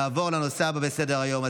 נעבור לנושא הבא בסדר-היום,